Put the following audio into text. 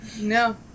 no